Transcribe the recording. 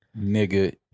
nigga